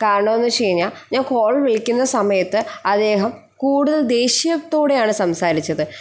കാരണം എന്ന് വെച്ച് കഴിഞ്ഞാൽ ഞാൻ കോൾ വിളിക്കുന്ന സമയത്ത് അദ്ദേഹം കൂടുതൽ ദേഷ്യത്തോടെയാണ് സംസാരിച്ചത്